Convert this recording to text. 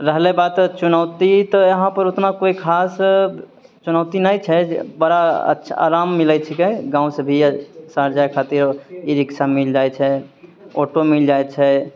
रहलै बात चुनौती तऽ एहाँपर उतना कोइ खास चुनौती नहि छै जे बड़ा अच्छा आराम मिलै छिकै गाँवसे भी अब सॅं जाइ खातिर अब ई रिक्शा मिल जाइ छै ऑटो मिल जाइ छै